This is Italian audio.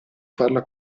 farla